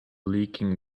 leaking